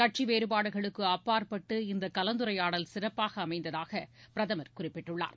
கட்சி வேறபாடுகளுக்கு அப்பாற்பட்டு இந்த கலந்துரையாடல் சிறப்பாக அமைந்ததாக பிரதமர் குறிப்பிட்டுள்ளார்